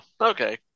okay